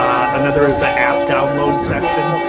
um another is the app download section.